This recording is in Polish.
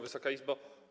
Wysoka Izbo!